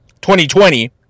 2020